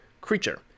creature